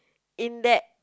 in that